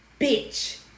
bitch